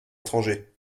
étranger